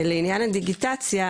לעניין הדיגיטציה,